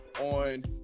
on